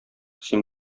син